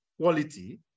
quality